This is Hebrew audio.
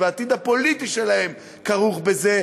והעתיד הפוליטי שלהם כרוך בזה,